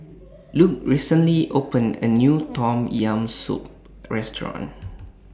Luc recently opened A New Tom Yam Soup Restaurant